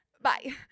Bye